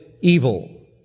evil